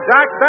Jack